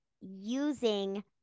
using